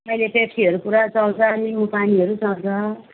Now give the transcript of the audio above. अहिले पेप्सीहरू पुरा चल्छ निम्बु पानीहरू चल्छ